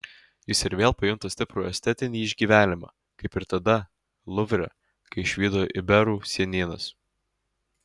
jis ir vėl pajunta stiprų estetinį išgyvenimą kaip ir tada luvre kai išvydo iberų senienas